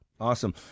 Awesome